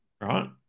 right